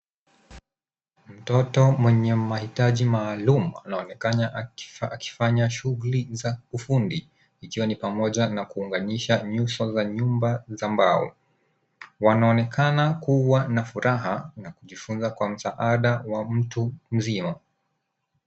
Mtoto mwenye mahitaji maalum anaonekana akifanya shughuli za ufundi ikiwa ni pamoja na kuunganisha nyumba za nyufa za mbao. Wanaonekana kuwa na furaha na kujifunza kwa msaada wa mtu mzima.